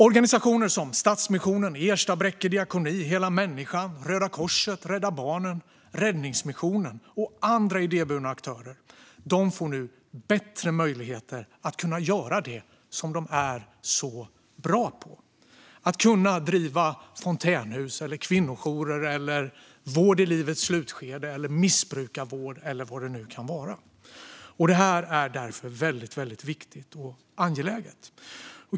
Organisationer som Stadsmissionen, Ersta, Bräcke diakoni, Hela Människan, Röda Korset, Rädda Barnen, Räddningsmissionen och andra idéburna aktörer får nu bättre möjligheter att göra det som de är så bra på - driva fontänhus, kvinnojourer, vård i livets slutskede, missbrukarvård eller vad det nu kan vara. Därför är detta väldigt viktigt och angeläget.